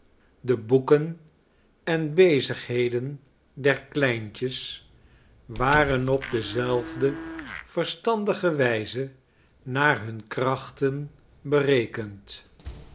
de boeken en bezigheden dezer kleintjes waren op dezelfde verstandige wijze naar hun krachten berekend